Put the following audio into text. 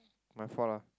my fault lah